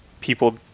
people